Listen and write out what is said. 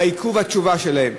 בעיכוב התשובה שלהם.